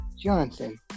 Johnson